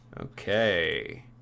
Okay